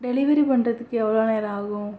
delivery பண்ணுறதுக்கு எவ்வளோ நேரம் ஆகும்